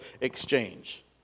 exchange